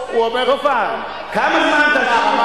כמה זמן?